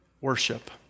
worship